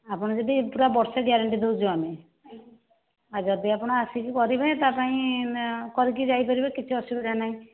ଆପଣ ଯଦି ପୁରା ବର୍ଷେ ଗ୍ୟାରେଣ୍ଟି ଦେଉଛୁ ଆମେ ଆଉ ଯଦି ଆପଣ ଆସିକି କରିବେ ତା ପାଇଁ କରିକି ଯାଇ ପାରିବେ କିଛି ଅସୁବିଧା ନାହିଁ